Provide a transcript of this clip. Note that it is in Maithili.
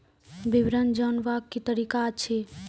विवरण जानवाक की तरीका अछि?